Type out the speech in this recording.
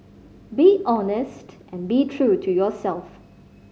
be honest and be true to yourself